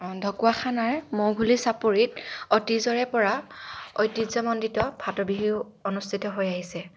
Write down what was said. ঢকুৱাখানাৰ ম'হঘুলি চাপৰিত অতীজৰে পৰা ঐতিহ্যমণ্ডিত ফাটবিহু অনুষ্ঠিত হৈ আহিছে